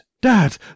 Dad